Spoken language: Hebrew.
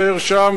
זעיר-שם,